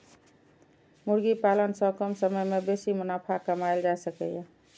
मुर्गी पालन सं कम समय मे बेसी मुनाफा कमाएल जा सकैए